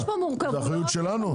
זו אחריות שלנו?